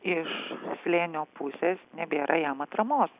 iš slėnio pusės nebėra jam atramos